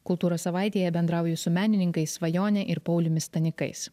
kultūros savaitėje bendrauju su menininkais svajone ir pauliumi stanikais